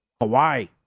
Hawaii